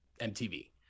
mtv